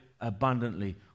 abundantly